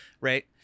Right